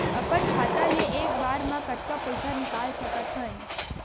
अपन खाता ले एक बार मा कतका पईसा निकाल सकत हन?